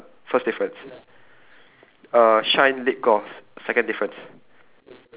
twelve okay okay so city pharmacy the letter first difference